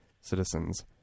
citizens